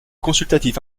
consultatif